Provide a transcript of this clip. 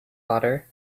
butter